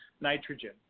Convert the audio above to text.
nitrogen